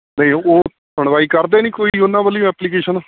ਅਤੇ ਉਹ ਸੁਣਵਾਈ ਕਰਦੇ ਨਹੀਂ ਕੋਈ ਉਹਨਾਂ ਵੱਲੋਂ ਐਪਲੀਕੇਸ਼ਨ